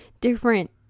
Different